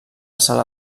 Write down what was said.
sala